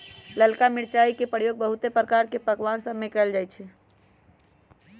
ललका मिरचाई के प्रयोग बहुते प्रकार के पकमान सभमें कएल जाइ छइ